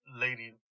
lady